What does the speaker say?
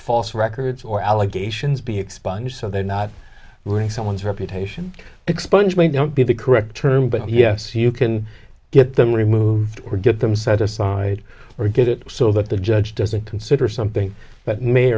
false records or allegations be expunged so they're not really someone's reputation expungement don't be the correct term but yes you can get them removed or get them set aside or get it so that the judge doesn't consider something that may